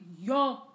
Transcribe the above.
yo